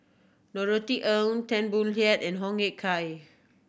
Norothy Ng Tan Boo Liat and Hoo Ah Kay